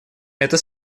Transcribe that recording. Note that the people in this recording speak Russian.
это